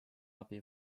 abi